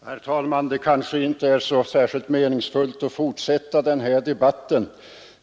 Herr talman! Det är kanske inte särskilt meningsfullt att fortsätta denna debatt.